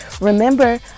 Remember